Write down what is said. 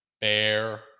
Bear